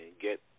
get